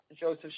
Joseph